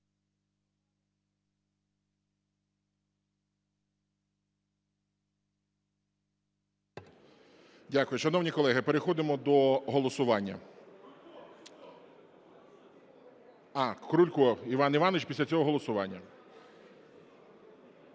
Дякую. Шановні колеги, переходимо до голосування. А, Крулько Іван Іванович. Після цього голосування.